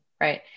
Right